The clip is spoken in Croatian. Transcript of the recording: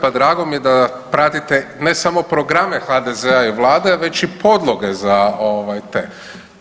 Pa drago mi je da pratite ne samo programe HDZ-a i Vlade, već i podloge za te.